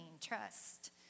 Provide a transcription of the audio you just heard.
trust